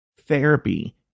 Therapy